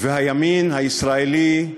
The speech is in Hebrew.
והימין הישראלי,